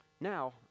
Now